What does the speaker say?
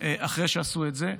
אחרי שעשו את זה.